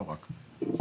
לא רק.